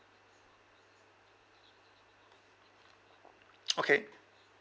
okay